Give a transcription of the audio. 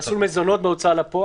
--- מסלול מזונות בהוצאה לפועל.